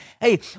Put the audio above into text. Hey